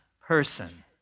person